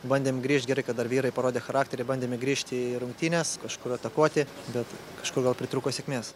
bandėm grįžt gerai kad dar vyrai parodė charakterį bandėme grįžti į rungtynes kažkur atakuoti bet kažkur gal pritrūko sėkmės